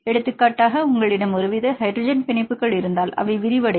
எடுத்துக்காட்டாக உங்களிடம் ஒருவித ஹைட்ரஜன் பிணைப்புகள் இருந்தால் அவை விரிவடையும்